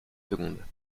secondes